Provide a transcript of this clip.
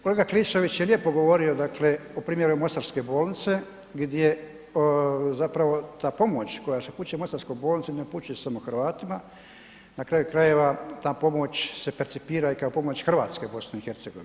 Kolega Klisović je lijepo govorio o primjeru Mostarske bolnice gdje zapravo ta pomoć koja se upućuje Mostarskoj bolnici ne upućuje samo Hrvatima, na kraju krajeva ta pomoć se percipira i kao pomoć Hrvatske BiH.